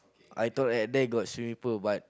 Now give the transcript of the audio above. I thought at there got swimming pool but